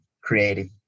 Creative